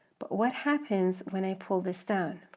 but what happens when i pull this down?